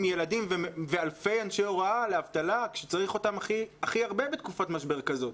ילדים ואלפי אנשי הוראה לאבטלה כשצריך אותם הכי הרבה בתקופת משבר כזאת?